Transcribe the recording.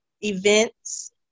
events